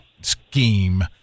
scheme